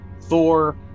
Thor